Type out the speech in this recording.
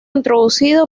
introducido